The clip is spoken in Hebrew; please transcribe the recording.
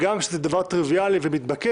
הגם שזה דבר טריוויאלי ומתבקש,